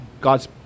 God's